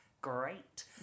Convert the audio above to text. great